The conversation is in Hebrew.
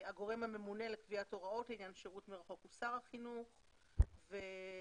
הממונה לקביעת הוראות לעניין שירות מרחוק הוא שר החינוך ומקום